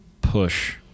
push